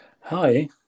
Hi